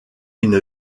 une